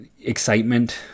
Excitement